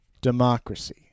Democracy